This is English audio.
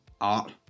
art